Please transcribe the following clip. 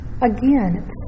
Again